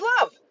love